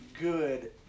good